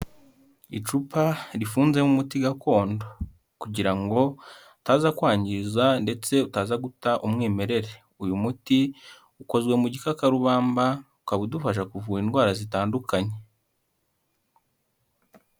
Icupa rifunzemo umuti gakondo kugira ngo utaza kwangiza ndetse utaza guta umwimerere, uyu muti ukozwe mu gikakarubamba, ukaba udufasha kuvura indwara zitandukanye.